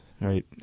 right